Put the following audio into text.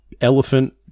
Elephant